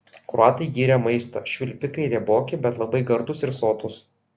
kroatai gyrė maistą švilpikai rieboki bet labai gardūs ir sotūs